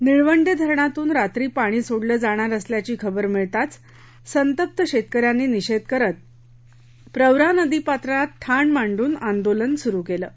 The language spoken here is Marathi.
निळवंडे धरणातून रात्री पाणी सोडले जाणार असल्याची खबर मिळताच संतप्त शेतक यांनी निषेध करत प्रवरा नदी पात्रात ठाण मांडून आंदोलन सुरु केलं आहे